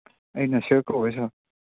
ꯑꯩ ꯅꯁꯤꯔ ꯀꯧꯋꯦ ꯁꯥꯔ